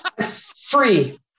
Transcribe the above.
Free